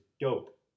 dope